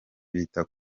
bita